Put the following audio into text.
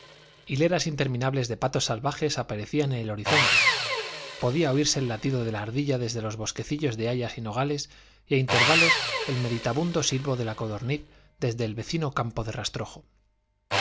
hileras interminables de patos salvajes aparecían en el horizonte podía oírse el latido de la ardilla desde los bosquecillos de hayas y nogales y a intervalos el meditabundo silbo de la codorniz desde el vecino campo de rastrojo